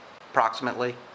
approximately